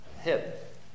hip